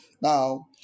Now